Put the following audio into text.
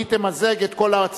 והיא תמזג את כל ההצעות,